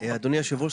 אדוני יושב הראש,